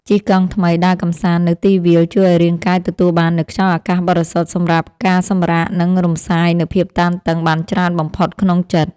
ជិះកង់ថ្មីដើរកម្សាន្តនៅទីវាលជួយឱ្យរាងកាយទទួលបាននូវខ្យល់អាកាសបរិសុទ្ធសម្រាប់ការសម្រាកនិងរំសាយនូវភាពតានតឹងបានច្រើនបំផុតក្នុងចិត្ត។